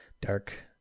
dark